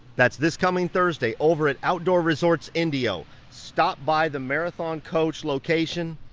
that's this coming thursday over at outdoor resorts indio. stop by the marathon coach location.